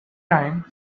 time